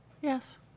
Yes